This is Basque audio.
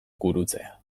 gurutzea